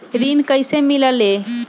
ऋण कईसे मिलल ले?